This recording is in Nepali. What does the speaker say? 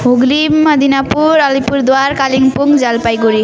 हुग्ली मदिनापुर अलिपुरद्वार कालिम्पोङ जलपाइगुडी